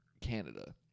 Canada